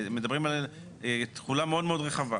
אלא מדברים על תחולה מאוד רחבה.